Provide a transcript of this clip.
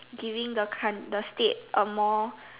giving the count~ the state a more